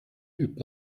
übt